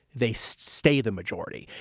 they so stay the majority.